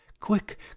quick